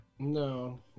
No